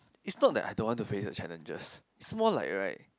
it's not that I don't want to face the challenges it's more like right